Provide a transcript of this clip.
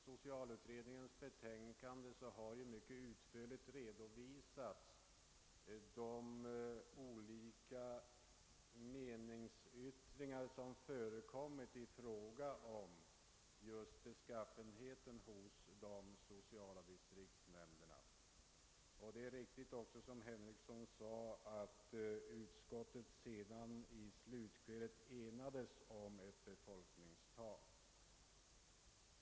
Socialutredningen har i sitt betänkande mycket utförligt redovisat de olika meningsyttringar som förekommit i fråga om just de sociala distriktsnämndernas beskaffenhet. Som herr Henrikson helt riktigt nämnde enades också utskottet i slutskedet om ett befolkningstal.